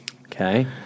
Okay